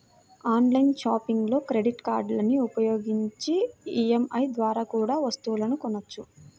online షాపింగ్లో credit కార్డులని ఉపయోగించి ఈ.ఎం.ఐ ద్వారా కూడా వస్తువులను కొనొచ్చు